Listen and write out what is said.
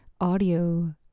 audio